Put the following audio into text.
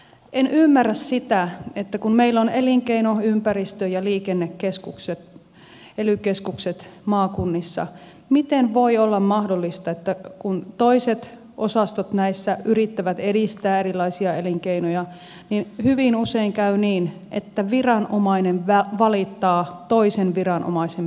en ymmärrä sitä että kun meillä on elinkeino liikenne ja ympäristökeskukset ely keskukset maakunnissa miten voi olla mahdollista että kun toiset osastot näissä yrittävät edistää erilaisia elinkeinoja niin hyvin usein käy niin että viranomainen valittaa toisen viranomaisen päätöksestä